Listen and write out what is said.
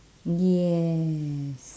yes